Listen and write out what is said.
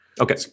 Okay